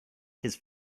his